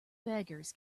beggars